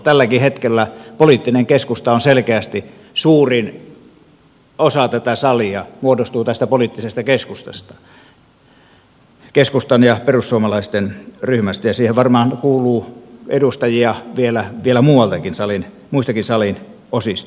tälläkin hetkellä selkeästi suurin osa tätä salia muodostuu tästä poliittisesta keskustasta keskustan ja perussuomalaisten ryhmästä ja varmaan siihen kuuluu edustajia vielä muistakin salin osista